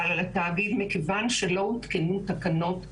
מכיוון שלא הותקנו תקנות התאמה.